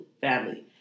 family